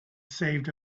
saved